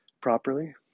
properly